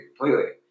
completely